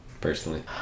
Personally